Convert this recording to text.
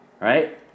Right